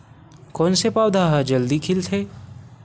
कोन से पौधा ह जल्दी से खिलथे?